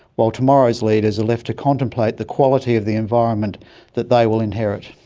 while tomorrow's leaders are left to contemplate the quality of the environment that they will inherit.